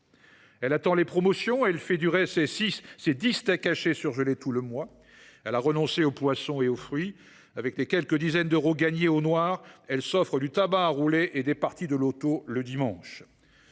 Elle attend les promotions, fait durer ses dix steaks hachés surgelés tout le mois ; elle a renoncé au poisson et aux fruits. Avec les quelques dizaines d’euros gagnés au noir, elle s’offre du tabac à rouler et des parties de loto le dimanche